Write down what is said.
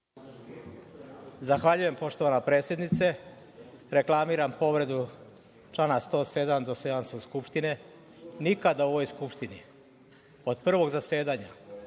Zahvaljujem, poštovana predsednice. Reklamiram povredu člana 107, dostojanstvo Skupštine. Nikada u ovoj Skupštini, od prvog zasedanja